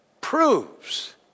proves